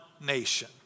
nation